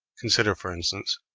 consider, for instance,